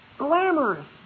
Glamorous